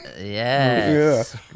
Yes